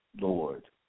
Lord